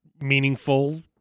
meaningful